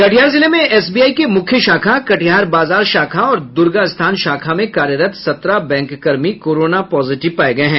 कटिहार जिले में एसबीआई के मुख्य शाखा कटिहार बाजार शाखा और दुर्गा स्थान शाखा में कार्यरत सत्रह बैंककर्मी कोरोना पॉजिटिव पाये गये हैं